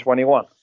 2021